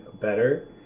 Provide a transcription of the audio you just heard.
better